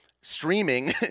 streaming